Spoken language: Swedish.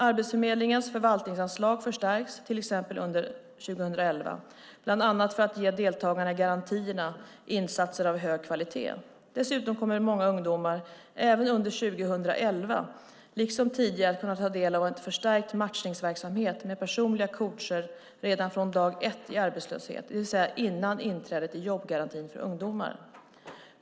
Arbetsförmedlingens förvaltningsanslag förstärks till exempel under 2011, bland annat för att ge deltagarna i garantierna insatser av hög kvalitet. Dessutom kommer ungdomar även under 2011, liksom tidigare, att kunna ta del av förstärkt matchningsverksamhet med personliga coacher redan från dag ett i arbetslöshet, det vill säga innan inträdet i jobbgarantin för ungdomar.